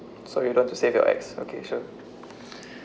so you don't have to save your X okay sure